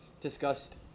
discussed